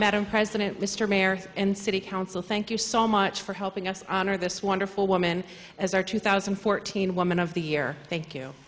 madam president mr mayor and city council thank you so much for helping us honor this wonderful woman as our two thousand and fourteen woman of the year thank you